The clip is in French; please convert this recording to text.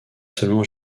seulement